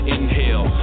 Inhale